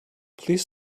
please